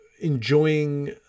enjoying